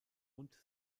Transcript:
und